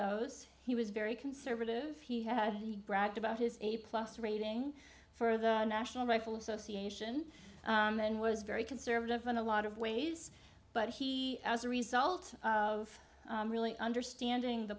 those he was very conservative he had bragged about his a plus rating for the national rifle association and was very conservative on a lot of ways but he as a result of really understanding the